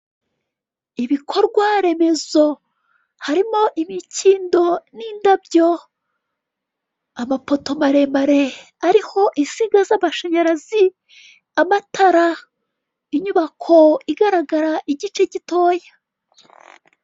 Ibikorwa remezo, harimo imikindo n'indabyo, amapoto maremamare ariho insinga z'amashanyarazi, amatara, inyubako igaragara igice gitoya.